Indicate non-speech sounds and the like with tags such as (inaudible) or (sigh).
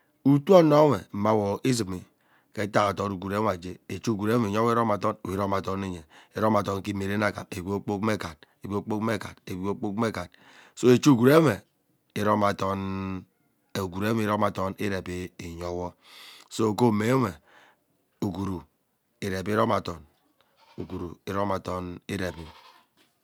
Utuu ononwe mma awo izimi ke utak adot ugwuru uve gee echi ugwuruwe ayewo iromadom wo iromadom iyee iromadom ke imierene aghem egbi kpoor kpok mme egat, egbi kpoor kpok mme egat, egbi kpoor kpok mme egat so eche ugwuru uwe iromadom mann eche ugwuru iromadom irevi iyewo so gee omo ugwuru irep irom adom (noise) ugwuru iromadom irevi (noise)